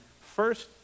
first